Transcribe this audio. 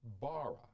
bara